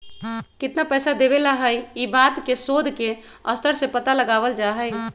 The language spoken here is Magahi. कितना पैसा देवे ला हई ई बात के शोद के स्तर से पता लगावल जा हई